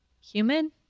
human